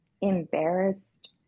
embarrassed